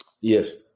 Yes